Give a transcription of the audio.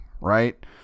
right